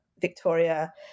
Victoria